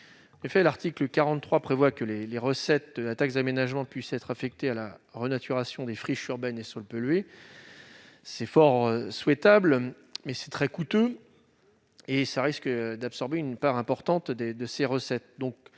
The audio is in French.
fait l'article 43 prévoit que les, les recettes de la taxe d'aménagement puissent être affectés à la renaturation des friches urbaines et sur l'pollué c'est fort souhaitable, mais c'est très coûteux et ça risque d'absorber une part importante des de ses recettes,